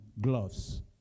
gloves